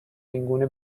اینگونه